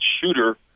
shooter